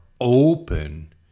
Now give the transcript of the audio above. open